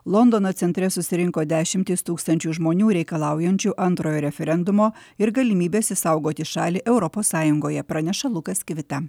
londono centre susirinko dešimtys tūkstančių žmonių reikalaujančių antrojo referendumo ir galimybės išsaugoti šalį europos sąjungoje praneša lukas kivita